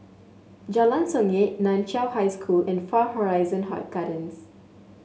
Jalan Songket Nan Chiau High School and Far Horizon Gardens